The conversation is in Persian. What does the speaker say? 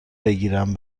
بگیرم